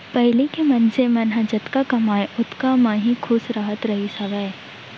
पहिली के मनसे मन ह जतका कमावय ओतका म ही खुस रहत रहिस हावय